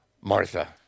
Martha